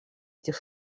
этих